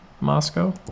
Moscow